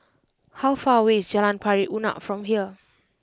how far away is Jalan Pari Unak from here